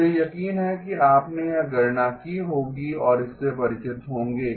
मुझे यकीन है कि आपने यह गणना की होगी और इससे परिचित होंगे